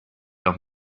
los